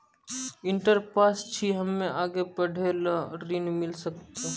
Inter pass छी हम्मे आगे पढ़े ला ऋण मिल सकत?